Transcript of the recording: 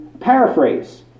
paraphrase